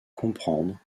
comprendre